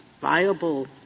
viable